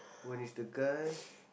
one is the guy